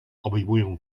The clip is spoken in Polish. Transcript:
obejmują